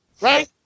Right